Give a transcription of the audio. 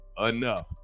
enough